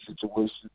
situation